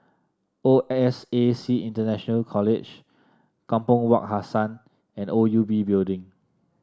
O S A C International College Kampong Wak Hassan and O U B Building